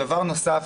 דבר נוסף,